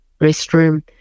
restroom